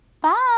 Bye